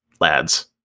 lads